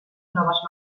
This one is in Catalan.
noves